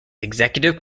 executive